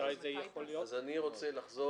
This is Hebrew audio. אז אני אחזור